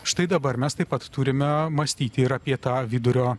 štai dabar mes taip pat turime mąstyti ir apie tą vidurio